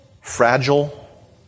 fragile